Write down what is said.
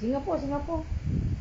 singapore singapore